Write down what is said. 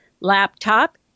laptop